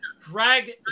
drag